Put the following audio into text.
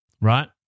right